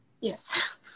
yes